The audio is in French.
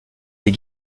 des